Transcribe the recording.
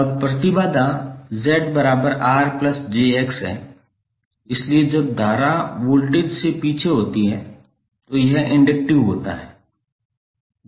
अब प्रतिबाधा 𝒁𝑅𝑗𝑋 है इसलिए जब धारा वोल्टेज से पीछे होती है तो यह इंडक्टिव होता है